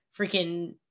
freaking